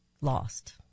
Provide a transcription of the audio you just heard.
lost